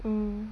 mm